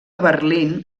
berlín